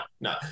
no